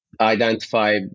identify